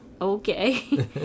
okay